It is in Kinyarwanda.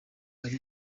ari